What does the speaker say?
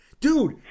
dude